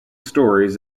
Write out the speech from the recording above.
stories